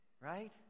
Right